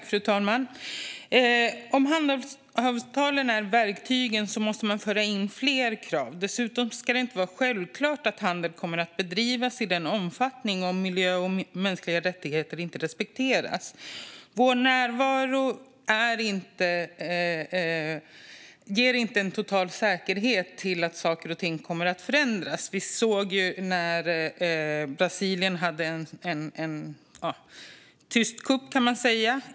Fru talman! Om handelsavtalen är verktygen måste man föra in fler krav. Dessutom ska det inte vara självklart att handel kommer att bedrivas i den omfattningen om miljö och mänskliga rättigheter inte respekteras. Vår närvaro ger inte en total säkerhet för att saker och ting kommer att förändras. Vi såg när Brasilien hade en tyst kupp, kan man säga.